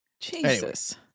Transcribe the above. Jesus